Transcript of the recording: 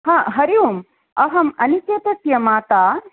हा हरि ओम् अहम् अनिकेतस्य माता